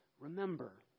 remember